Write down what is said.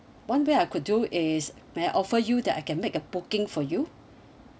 one way I could do is may I offer you that I can make a booking for you